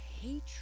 hatred